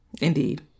Indeed